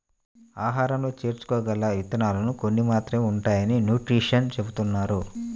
ఆహారంలో చేర్చుకోగల విత్తనాలు కొన్ని మాత్రమే ఉంటాయని న్యూట్రిషన్స్ చెబుతున్నారు